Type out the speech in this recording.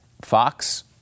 Fox